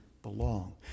Belong